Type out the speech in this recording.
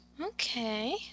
Okay